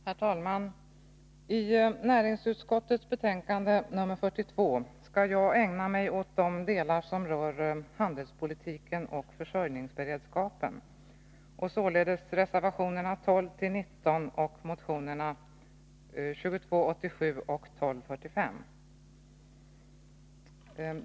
Herr talman! Av det som behandlas i näringsutskottets betänkande 42 skall jag ägna mig åt de delar som rör handelspolitiken och försörjningsberedskapen och således reservationerna 12-19 och motionerna 2287 och 1245.